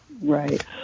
Right